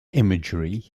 imagery